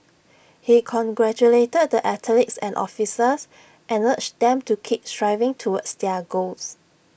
he congratulated the athletes and officials and urged them to keep striving towards their goals